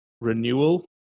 renewal